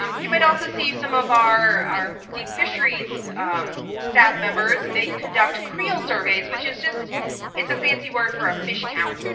um you might also see some of our our deep fisheries staff members. they conduct creel surveys, which is just a fancy word for a fish count.